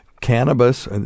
Cannabis